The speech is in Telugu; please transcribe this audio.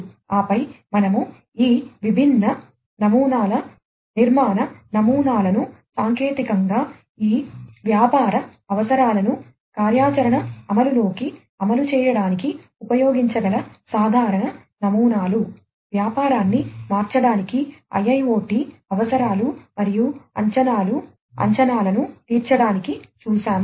ఆపై మనము ఈ విభిన్న నమూనాల నిర్మాణ నమూనాలను సాంకేతికంగా ఈ వ్యాపార అవసరాలను కార్యాచరణ అమలులోకి అమలు చేయడానికి ఉపయోగించగల సాధారణ నమూనాలు వ్యాపారాన్ని మార్చడానికి IIoT అవసరాలు మరియు అంచనాలను తీర్చడానికి చూశాము